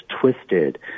twisted